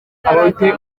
afite